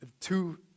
two